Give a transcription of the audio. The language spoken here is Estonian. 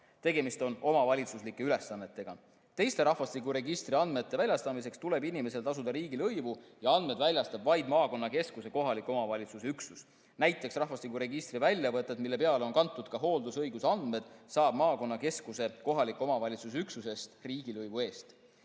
Tegemist on omavalitsuslike ülesannetega. Teiste rahvastikuregistri andmete väljastamiseks tuleb inimesel tasuda riigilõivu ja andmeid väljastab vaid maakonnakeskuse kohaliku omavalitsuse üksus. Näiteks, rahvastikuregistri väljavõtet, mille peale on kantud ka hooldusõiguse andmed, saab maakonnakeskuse kohaliku omavalitsuse üksusest riigilõivu eest.